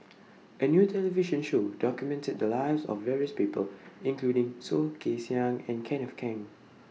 A New television Show documented The Lives of various People including Soh Kay Siang and Kenneth Keng